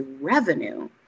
revenue